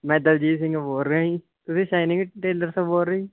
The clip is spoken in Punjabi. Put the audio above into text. ਮੈਂ ਦਲਜੀਤ ਸਿੰਘ ਬੋਲ ਰਿਹਾ ਜੀ ਤੁਸੀਂ ਸੈਨਿਕ ਟੇਲਰ ਤੋਂ ਬੋਲ ਰਹੇ ਜੀ